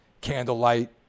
Candlelight